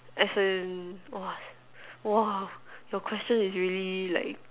as in !whoa! !whoa! your question is really like